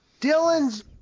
Dylan's